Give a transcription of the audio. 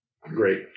great